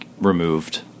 removed